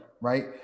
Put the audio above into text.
right